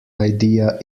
idea